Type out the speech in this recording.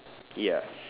ya